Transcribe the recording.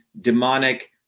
demonic